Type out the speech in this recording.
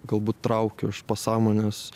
galbūt traukiau iš pasąmonės